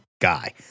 guy